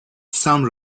some